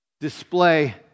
display